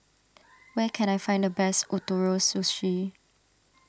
where can I find the best Ootoro Sushi